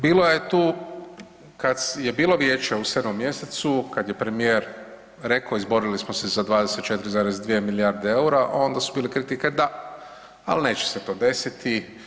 Bilo je tu kad je bilo Vijeće u sedmom mjesecu, kad je premijer rekao izborili smo se za 24,2 milijarde eura onda su bile kritike da, ali neće se to desiti.